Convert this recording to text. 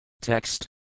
Text